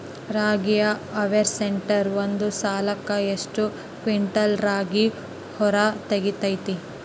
ರಾಗಿಯ ಹಾರ್ವೇಸ್ಟರ್ ಒಂದ್ ಸಲಕ್ಕ ಎಷ್ಟ್ ಕ್ವಿಂಟಾಲ್ ರಾಗಿ ಹೊರ ತೆಗಿತೈತಿ?